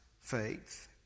faith